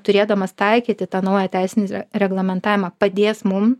turėdamas taikyti tą naują teisinį reglamentamą padės mum